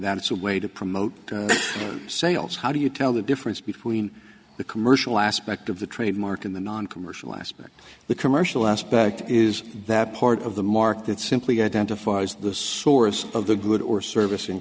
that it's a way to promote sales how do you tell the difference between the commercial aspect of the trademark in the noncommercial aspect the commercial aspect is that part of the market simply identifies the source of the good or service in